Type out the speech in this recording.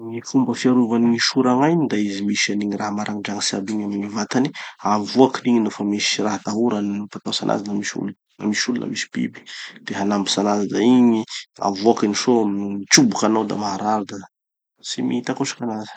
Gny fomba fiarovan'ny gny sora gn'aina da izy misy anigny raha maragnidragnitsy aby igny amy gny vatany. Avoakiny igny nofa misy raha atahorany, mampatahotsy anazy na misy olo, na misy olo na misy biby te hanambotsy anazy. Da igny avoakiny sô mitroboky anao da maharary da tsy mitakosiky anazy.